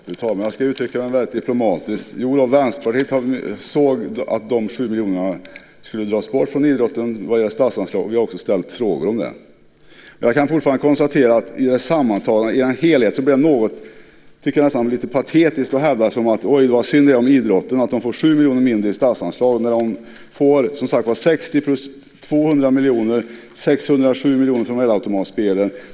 Fru talman! Jag ska uttrycka mig väldigt diplomatiskt. Vänsterpartiet såg att de 7 miljonerna skulle dras bort från idrottens statsanslag. Vi har också ställt frågor om det. Jag kan fortfarande konstatera att i den sammantagna helheten är det nästan lite patetiskt att hävda: Vad synd det är om idrotten när den får 7 miljoner mindre i statsanslag. Den får 60 miljoner plus 200 miljoner och 607 miljoner från värdeautomatspelen.